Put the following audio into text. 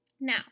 Now